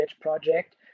project